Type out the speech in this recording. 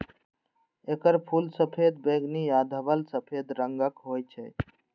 एकर फूल सफेद, बैंगनी आ धवल सफेद रंगक होइ छै